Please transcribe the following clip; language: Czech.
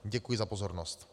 Děkuji za pozornost.